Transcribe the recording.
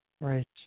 Right